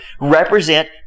represent